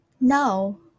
No